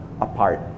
apart